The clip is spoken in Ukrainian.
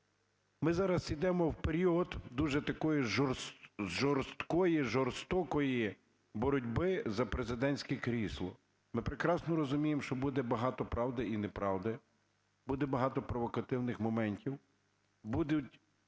Ми зараз ідемо в період дуже такої жорсткої, жорстокої боротьби за президентське крісло. Ми прекрасно розуміємо, що буде багато правди і неправди, буде багато провокативних моментів, будуть